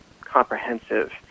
comprehensive